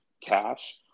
cash